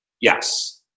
Yes